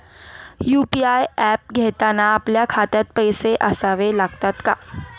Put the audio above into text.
UPI app घेताना आपल्या खात्यात पैसे असावे लागतात का?